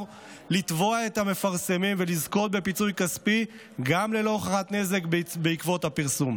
לתבוע את המפרסמים ולזכות בפיצוי כספי גם ללא הוכחת נזק בעקבות הפרסום.